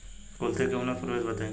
कुलथी के उन्नत प्रभेद बताई?